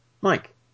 Mike